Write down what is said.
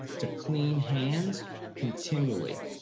to clean hands continually.